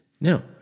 Now